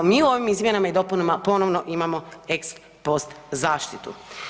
Mi u ovim izmjenama i dopunama ponovno imamo ex post zaštitu.